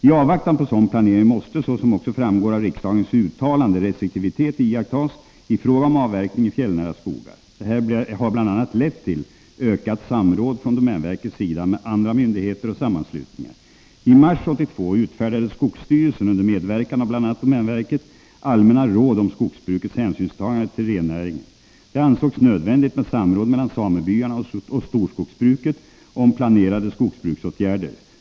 I avvaktan på en sådan planering måste, såsom också framgår av riksdagens uttalande, restriktivitet iakttas i fråga om avverkning i fjällnära skogar. Detta har bl.a. lett till ökat samråd från domänverkets sida med andra myndigheter och sammanslutningar. I mars 1982 utfärdade skogsstyrelsen, under medverkan av bl.a. domänverket, allmänna råd om skogsbrukets hänsynstägande till rennäringen. Det ansågs nödvändigt med samråd mellan samebyarna och storskogsbruket om planerade skogsbruksåtgärder.